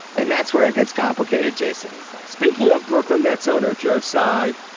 and that's where it gets complicated jason is that speaking of brooklyn that's owner joe cy